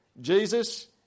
Jesus